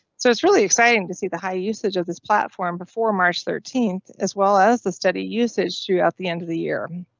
so it's really exciting to see the high usage of this platform platform before march thirteenth, as well as the study usage throughout the end of the year.